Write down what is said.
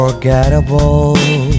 Unforgettable